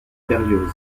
berlioz